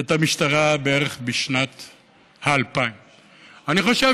את המשטרה בערך בשנת 2000. אני חושב